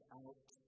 out